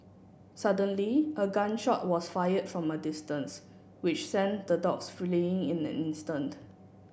suddenly a gun shot was fired from a distance which sent the dogs fleeing in an instant